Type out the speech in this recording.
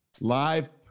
Live